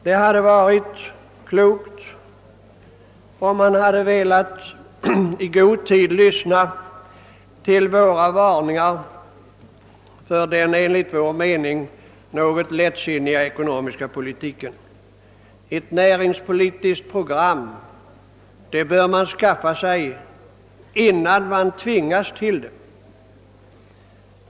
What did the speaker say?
Det hade varit klokt om regeringspartiet i god tid velat lyssna till våra varningar för den enligt vår mening något lättsinniga ekonomiska politiken. Ett näringspolitiskt program bör man skaffa sig, innan man tvingas till det.